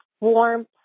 warm